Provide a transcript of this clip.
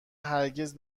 هرگز